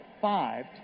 five